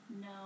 No